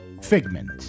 figment